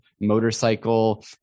motorcycle